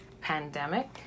pandemic